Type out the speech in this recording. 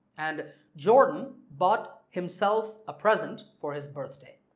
and jordan bought himself a present for his birthday.